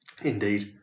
Indeed